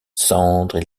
cendres